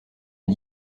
est